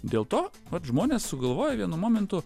dėl to vat žmonės sugalvojo vienu momentu